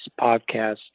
podcast